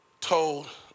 told